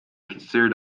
considered